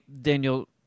Daniel